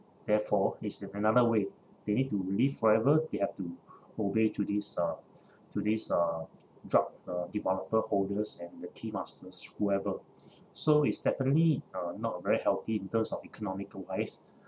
therefore is in another way they need to live forever the have to obey to this uh to this uh drug uh developer holders and the key masters whoever so it's definitely uh not very healthy in terms of economical wise